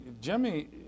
Jimmy